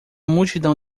multidão